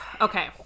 okay